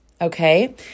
okay